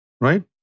Right